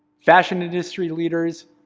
fashion industry leaders,